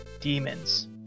demons